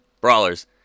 Brawlers